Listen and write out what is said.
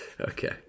Okay